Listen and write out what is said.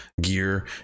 gear